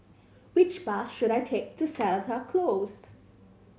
which bus should I take to Seletar Close